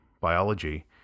biology